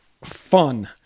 fun